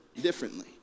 differently